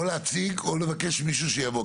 או להציג או לבקש מישהו שיבוא.